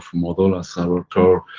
model as our core